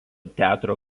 teatro